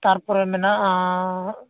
ᱛᱟᱨᱯᱚᱨᱮ ᱢᱮᱱᱟᱜᱼᱟ